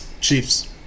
Chiefs